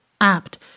apt